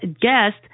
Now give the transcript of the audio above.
guest